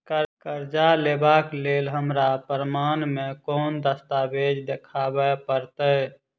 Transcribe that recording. करजा लेबाक लेल हमरा प्रमाण मेँ कोन दस्तावेज देखाबऽ पड़तै?